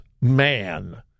man